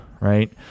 right